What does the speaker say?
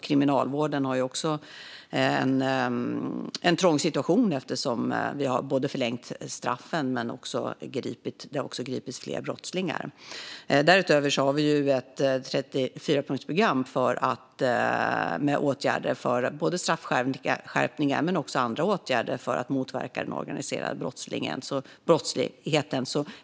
Kriminalvården har det ju trångt eftersom straffen har förlängts och fler brottslingar gripits. Vi har också ett 34-punktsprogram med åtgärder för straffskärpningar och annat för att motverka den organiserade brottsligheten.